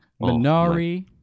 minari